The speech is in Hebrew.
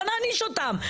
נעניש אותם,